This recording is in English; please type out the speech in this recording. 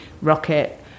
Rocket